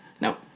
Nope